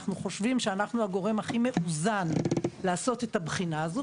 אנחנו חושבים שאנחנו הגורם הכי מאוזן לעשות את הבחינה הזאת,